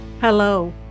Hello